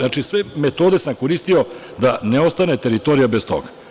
Znači, sve metode sam koristio da ne ostane teritorija bez toga.